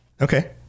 Okay